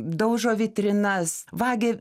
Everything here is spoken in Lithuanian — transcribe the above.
daužo vitrinas vagia